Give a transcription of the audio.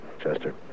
Chester